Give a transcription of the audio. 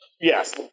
Yes